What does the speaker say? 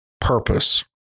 purpose